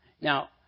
Now